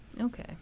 Okay